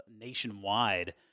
nationwide